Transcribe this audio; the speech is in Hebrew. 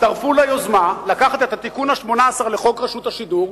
יצטרפו ליוזמה לקחת את התיקון ה-18 לחוק רשות השידור,